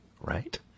Right